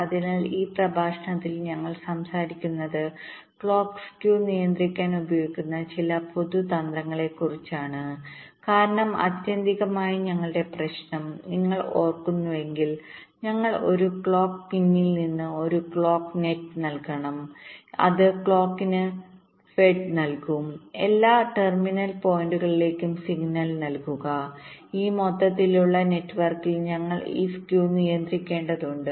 അതിനാൽ ഈ പ്രഭാഷണത്തിൽ ഞങ്ങൾ സംസാരിക്കുന്നത് ക്ലോക്ക് സ്ക്യൂ നിയന്ത്രിക്കാൻ ഉപയോഗിക്കുന്ന ചില പൊതു തന്ത്രങ്ങളെക്കുറിച്ചാണ് കാരണം ആത്യന്തികമായി ഞങ്ങളുടെ പ്രശ്നം നിങ്ങൾ ഓർക്കുന്നുവെങ്കിൽ ഞങ്ങൾ ഒരു ക്ലോക്ക് പിൻയിൽ നിന്ന് ഒരു ക്ലോക്ക് നെറ്റ്നൽകണം അത് ക്ലോക്കിന് ഭക്ഷണം നൽകും എല്ലാ ടെർമിനൽ പോയിന്റുകളിലേക്കും സിഗ്നൽ നൽകുക ഈ മൊത്തത്തിലുള്ള നെറ്റ്വർക്കിൽ ഞങ്ങൾ ഈ സ്ക്യൂ നിയന്ത്രിക്കേണ്ടതുണ്ട്